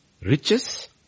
Riches